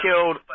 killed